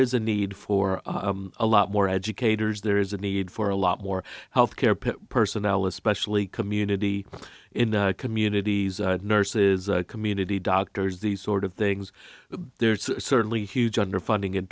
is a need for a lot more educators there is a need for a lot more health care personnel especially community in the communities nurses community doctors these sort of things there's certainly huge underfunding in